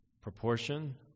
proportion